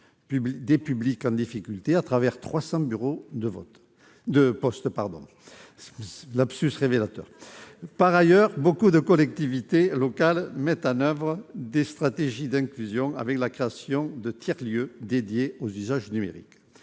des publics en difficulté à travers 300 bureaux de poste. Par ailleurs, beaucoup de collectivités locales mettent en oeuvre des stratégies d'inclusion, avec la création de tiers lieux dédiés aux usages numériques.